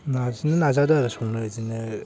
नाजादों आरो संनो बिदिनो